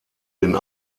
den